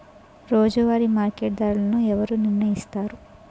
రోజువారి మార్కెట్ ధరలను ఎవరు నిర్ణయిస్తారు?